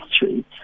history